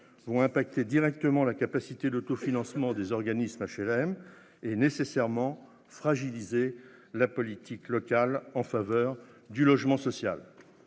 vont directement impacter la capacité d'autofinancement des organismes d'HLM, et nécessairement fragiliser la politique locale en faveur du logement social.